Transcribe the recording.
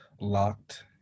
locked